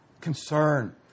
concern